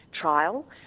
trial